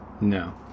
No